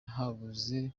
habuze